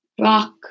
Rock